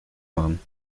machen